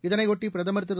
இதையொட்டி பிரதமர் திரு